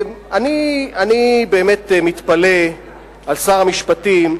אני באמת מתפלא על שר המשפטים,